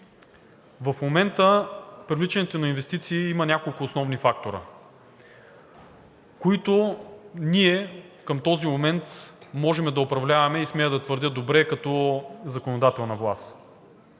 В момента привличането на инвестиции има няколко основни фактора, които ние към този момент можем да управляваме и смея да твърдя, добре – като законодателна власт.